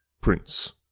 Prince